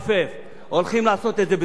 סוף-סוף עם מאגר ארצי,